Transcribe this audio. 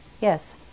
Yes